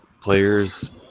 players